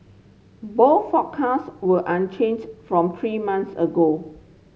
both forecast were unchanged from three months ago